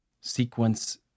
Sequence